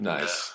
Nice